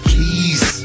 Please